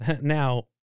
Now